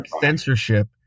censorship